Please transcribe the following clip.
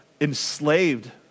enslaved